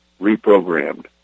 reprogrammed